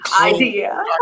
idea